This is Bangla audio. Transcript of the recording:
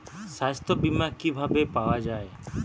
সাস্থ্য বিমা কি ভাবে পাওয়া যায়?